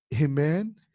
Amen